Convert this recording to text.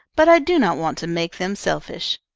but i do not want to make them selfish.